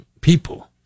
people